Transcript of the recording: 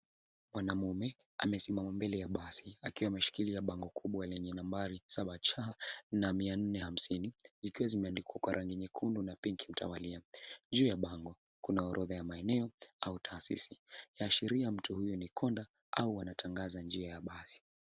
Mwanamume amesimama mbele ya basi bango kubwa lenye nambari rangi kuu zikiwa manjano na pinki. Juu ya bango hilo kuna maandiko ya jina au taasisi. Hii inaashiria kuwa mtu huyu ni konda wa basi au anatangaza njia ya basi.